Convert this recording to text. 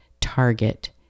target